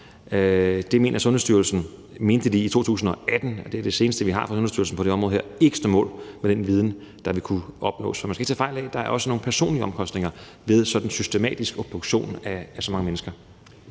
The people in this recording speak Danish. Det mente Sundhedsstyrelsen i 2018 – og det er det seneste, vi har fra Sundhedsstyrelsen på det område her – ikke stod mål med den viden, der vil kunne opnås. Man skal ikke tage fejl af, at der også er nogle personlige omkostninger ved sådanne systematiske obduktioner af så mange mennesker.